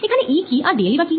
এখানে E কি আর dL ই বা কি